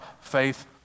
faith